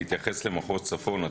בהתייחס למחוז צפון,